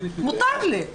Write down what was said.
מותר לי.